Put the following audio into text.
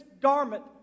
garment